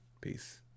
peace